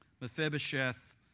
Mephibosheth